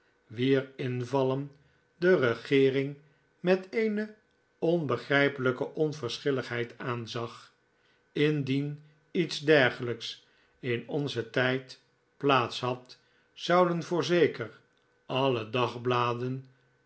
wier invallen de regeering met eene onbegrijpelijke onverschilligheid aanzag indien iets dergelijks in onzen tijd plaats had zouden voorzeker alle dagbladener